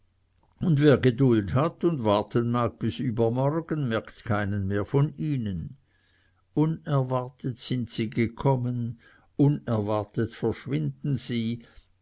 und wer geduld hat und warten mag bis übermorgen merkt keinen mehr von ihnen unerwartet sind sie gekommen unerwartet verschwinden sie